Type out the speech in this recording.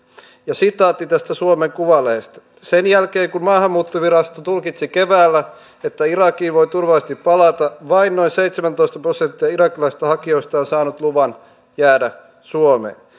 ja sitaatti tästä suomen kuvalehdestä sen jälkeen kun maahanmuuttovirasto tulkitsi keväällä että irakiin voi turvallisesti palata vain noin seitsemäntoista prosenttia irakilaisista hakijoista on saanut luvan jäädä suomeen